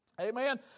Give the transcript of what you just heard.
Amen